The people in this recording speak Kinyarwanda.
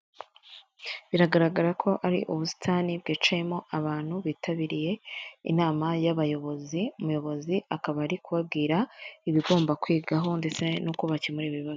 Biragaragara ko ari ubusitani bwicayemo abantu bitabiriye inama y'abayobozi; umuyobozi akaba ari kubabwira ibigomba kwigaho ndetse nuko bakemura ibibazo.